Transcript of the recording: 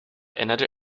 another